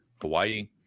Hawaii